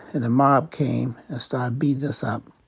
and the mob came and started beating us up.